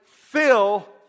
fill